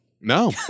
No